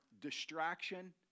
distraction